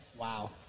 Wow